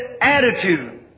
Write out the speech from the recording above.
attitude